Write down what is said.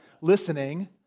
listening